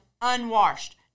unwashed